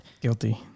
guilty